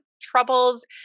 troubles